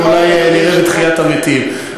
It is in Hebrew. ואולי נראה בתחיית המתים.